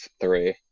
three